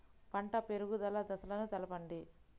పంట పెరుగుదల దశలను తెలపండి?